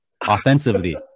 offensively